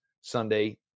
Sunday